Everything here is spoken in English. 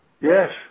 Yes